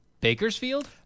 Bakersfield